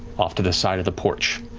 off to the side of the porch,